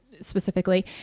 specifically